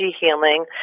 healing